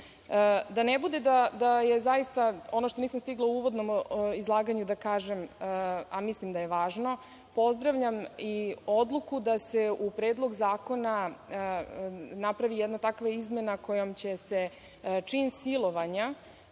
ne bude da je zaista, ono što nisam stigla u uvodnom izlaganju da kažem, a mislim da je važno, pozdravljam i odluku da se u predlog zakona napravi jedna takva izmena kojom će se čin silovanja,